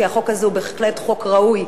כי החוק הזה הוא בהחלט חוק ראוי.